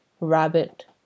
rabbit